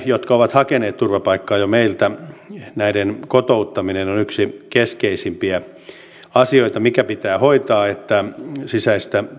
jotka ovat jo hakeneet turvapaikkaa meiltä kotouttaminen on on yksi keskeisimpiä asioita mikä pitää hoitaa että sisäistä